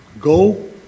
Go